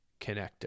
connector